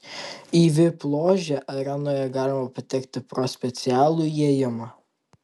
į vip ložę arenoje galima patekti pro specialų įėjimą